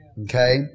Okay